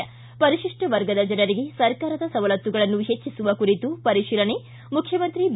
ಿ ಪರಿಶಿಪ್ಪ ವರ್ಗದ ಜನರಿಗೆ ಸರ್ಕಾರದ ಸವಲತ್ತುಗಳನ್ನು ಹೆಚ್ಚಿಸುವ ಕುರಿತು ಪರಿಶೀಲನೆ ಮುಖ್ಯಮಂತ್ರಿ ಬಿ